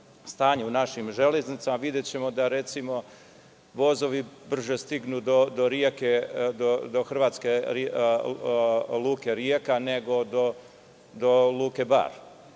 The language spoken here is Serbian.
u našim železnicama, videćemo da vozovi brže stignu do hrvatske luke Rijeka, nego do luke Bar,